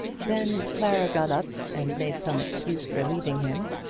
then clara got up and made some excuse for leaving him,